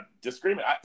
disagreement